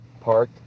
Park